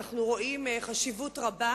כי אנחנו רואים חשיבות רבה